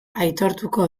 aitortuko